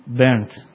burnt